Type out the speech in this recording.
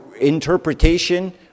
interpretation